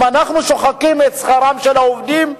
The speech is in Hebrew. אם אנחנו שוחקים את שכרם של העובדים,